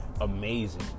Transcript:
Amazing